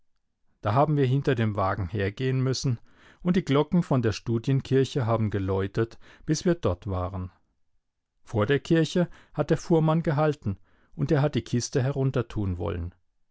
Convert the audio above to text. da haben wir hinter dem wagen hergehen müssen und die glocken von der studienkirche haben geläutet bis wir dort waren vor der kirche hat der fuhrmann gehalten und er hat die kiste heruntertun wollen